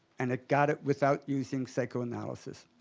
and it got it without using psychoanalysis.